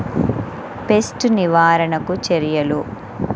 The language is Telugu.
పెస్ట్ నివారణకు చర్యలు?